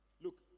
Look